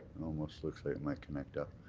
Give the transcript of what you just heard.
almost looks like it might connect up.